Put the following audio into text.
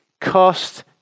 cost